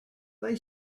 they